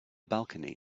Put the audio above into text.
balcony